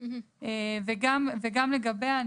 וגם לגביה אני